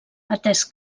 atès